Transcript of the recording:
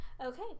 Okay